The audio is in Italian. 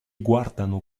guardano